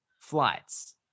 flights